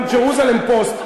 גם "ג'רוזלם פוסט",